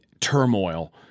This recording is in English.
turmoil